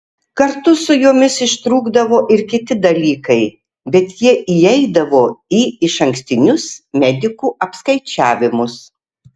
kartu su jomis išrūkdavo ir kiti dalykai bet jie įeidavo į išankstinius medikų apskaičiavimus